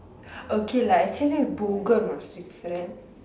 okay lah actually Bogan was different